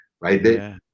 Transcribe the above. right